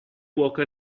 cuoca